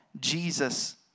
Jesus